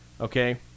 Okay